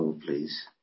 please